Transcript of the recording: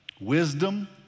wisdom